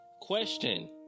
question